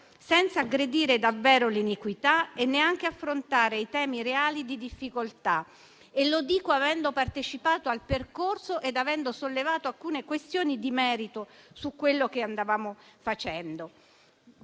senza aggredire davvero l'iniquità e neanche affrontare i temi reali di difficoltà. E lo dico avendo partecipato al percorso ed avendo sollevato alcune questioni di merito su quello che andavamo facendo.